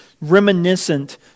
reminiscent